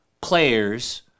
players